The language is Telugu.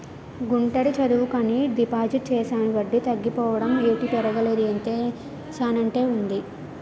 గుంటడి చదువుకని డిపాజిట్ చేశాను వడ్డీ తగ్గిపోవడం ఏటి పెరగలేదు ఎంతేసానంతే ఉంది